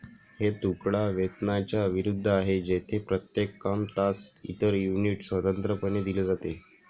हे तुकडा वेतनाच्या विरुद्ध आहे, जेथे प्रत्येक काम, तास, इतर युनिट स्वतंत्रपणे दिले जाते